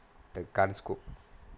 the gun scope